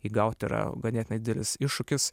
įgauti yra ganėtinai didelis iššūkis